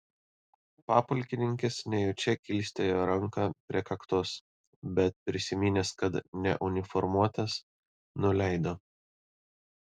papulkininkis nejučia kilstelėjo ranką prie kaktos bet prisiminęs kad neuniformuotas nuleido